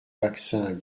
vaccin